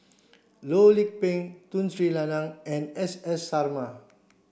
Loh Lik Peng Tun Sri Lanang and S S Sarma